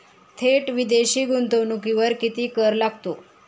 थेट विदेशी गुंतवणुकीवर किती कर लागतो?